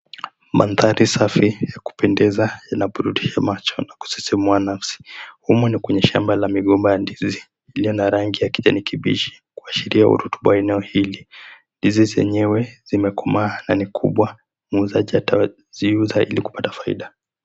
Mandhari safi ya kupendeza yanaburudisha macho na kusisimua nafsi. Humu ni kwenye shamba la migomba ya ndizi, iliyo na rangi ya kijani kibichi, kuashiria urutubisho wa eneo hili. Ndizi zenyewe zimekomaa na ni kubwa, muuzaji ataziuzia ili kupata faida.